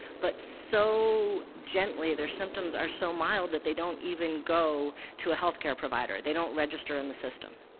but so gently, their symptoms are so mild that they don't even go to a health care provider. they don't register in the system.